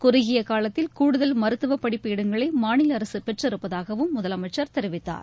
குறுகிய காலத்தில் கூடுதல் மருத்துவ படிப்பு இடங்களை மாநில அரசு பெற்றிருப்பதாகவும் முதலமைச்சர் தெரிவித்தார்